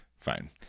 fine